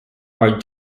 are